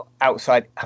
outside